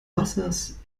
wassers